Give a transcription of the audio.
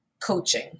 coaching